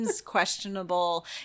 questionable